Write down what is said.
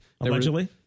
Allegedly